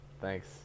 Thanks